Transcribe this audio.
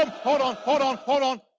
ah hold on. hold on. hold on.